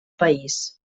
país